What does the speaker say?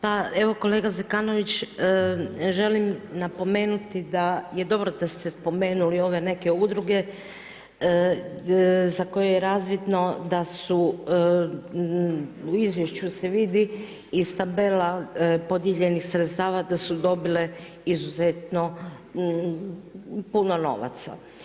Pa evo, kolega Zekanović, želim napomenuti da je dobro da ste spomenuli ove neke udruge za koje je razvidno da su u izvješću se vidi iz tabela podijeljeni sredstava da su dobile izuzetno puno novaca.